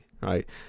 right